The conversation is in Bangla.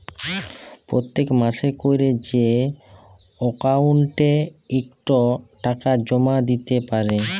পত্তেক মাসে ক্যরে যে অক্কাউল্টে ইকট টাকা জমা দ্যিতে পারে